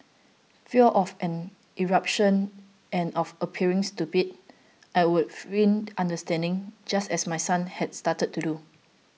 fear of an eruption and of appearing stupid I would feign understanding just as my son has started to do